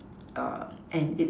um and its